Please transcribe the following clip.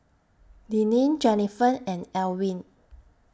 Deneen Jennifer and Elwin